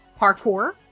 parkour